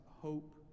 Hope